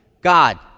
God